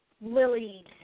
lily